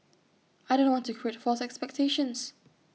I don't want to create false expectations